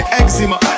eczema